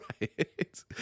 Right